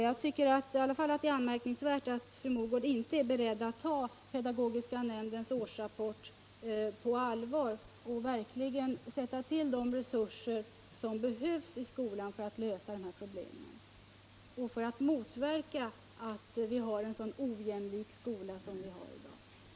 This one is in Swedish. Jag tycker i alla fall att det är anmärkningsvärt att fru Mogård inte är beredd att ta pedagogiska nämndens årsrapport på allvar och verkligen sätta till de resurser som behövs i skolan för att lösa de här problemen och för att motverka att vi har en så ojämlik skola som vi har i dag.